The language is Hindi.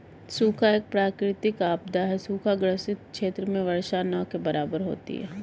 सूखा एक प्राकृतिक आपदा है सूखा ग्रसित क्षेत्र में वर्षा न के बराबर होती है